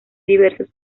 diversos